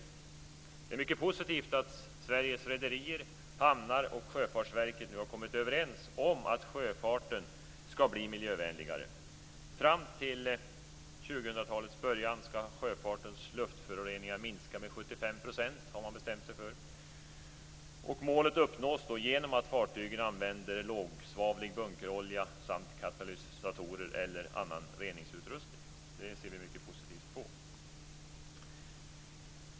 Det är också mycket positivt att Sveriges rederier och hamnar och Sjöfartsverket nu har kommit överens om att sjöfarten skall bli miljövänligare. Man har bestämt sig för att sjöfartens luftföroreningar fram till 2000-talets början skall minska med 75 %. Målet uppnås genom att fartygen använder lågsvavlig bunkerolja samt katalysatorer eller annan reningsutrustning. Det ser vi mycket positivt på.